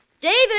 david